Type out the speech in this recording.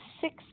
six